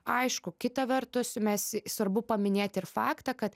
aišku kita vertus mes svarbu paminėti ir faktą kad